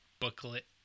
booklet